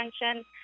attention